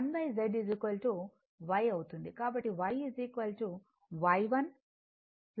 కాబట్టి Y Y 1 Y2